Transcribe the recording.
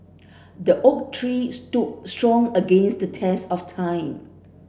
the oak tree stood strong against the test of time